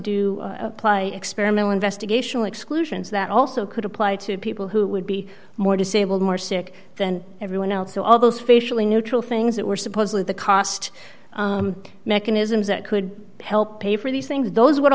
do apply experimental investigational exclusions that also could apply to people who would be more disabled more sick than everyone else so all those facially neutral things that were supposedly the cost mechanisms that could help pay for these things those w